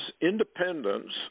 independence